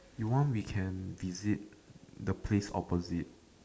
you want we can visit the place opposite